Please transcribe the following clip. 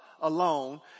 alone